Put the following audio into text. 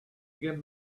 give